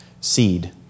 seed